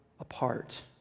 apart